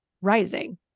rising